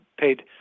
paid